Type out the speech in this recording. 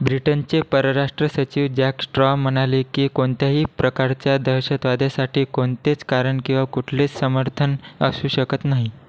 ब्रिटनचे परराष्ट्र सचिव जॅक स्ट्रॉ म्हणाले की कोणत्याही प्रकारच्या दहशतवाद्यासाठी कोणतेच कारण किंवा कुठलेच समर्थन असू शकत नाही